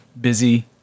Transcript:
busy